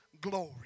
glory